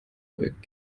projekt